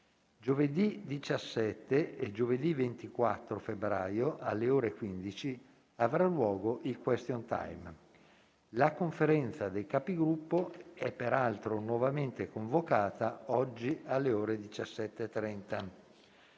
Giovedì 17 e giovedì 24 febbraio, alle ore 15, avrà luogo il *question time*. La Conferenza dei Capigruppo è peraltro nuovamente convocata oggi alle ore 17,30.